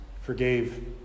forgave